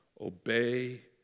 Obey